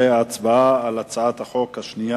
אנחנו עוברים להצבעה על הצעת חוק פ/1126,